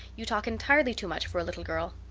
you talk entirely too much for a little girl.